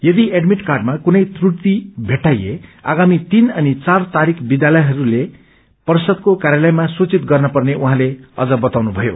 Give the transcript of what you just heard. यदि एडमिट कार्डमा कुनै त्रटि भेट्टाइए आगामी तीन अनि चार तारिख विद्यालयहरूले पर्षदको कार्यालयमा सूचित गर्न पर्ने उहाँले अझ बताउनुथयो